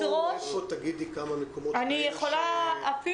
אני אדרוש